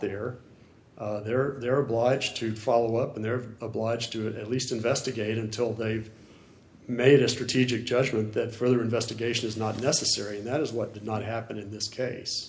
there they're they're obliged to follow up and they're obliged to at least investigate until they've made a strategic judgment that further investigation is not necessary that is what did not happen in this case